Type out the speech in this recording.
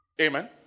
Amen